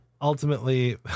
ultimately